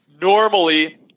Normally